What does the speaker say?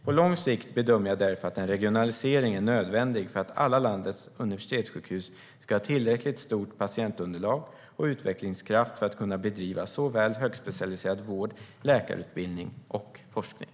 På lång sikt bedömer jag därför att en regionalisering är nödvändig för att alla landets universitetssjukhus ska ha tillräckligt stort patientunderlag och utvecklingskraft för att kunna bedriva såväl högspecialiserad vård som läkarutbildning och forskning.